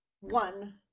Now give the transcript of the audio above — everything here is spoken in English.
one